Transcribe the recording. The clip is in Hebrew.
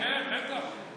הוא חייב להיות, כן, בטח.